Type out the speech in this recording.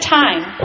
time